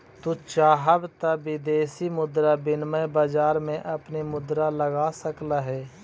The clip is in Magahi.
तू चाहव त विदेशी मुद्रा विनिमय बाजार में अपनी मुद्रा लगा सकलअ हे